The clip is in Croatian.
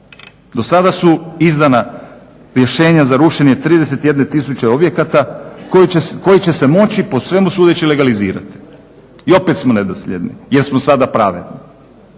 Do sada su izdana rješenja za rušenje 31000 objekata koji će se moći po svemu sudeći legalizirati. I opet smo nedosljedni jer smo sada pravedni.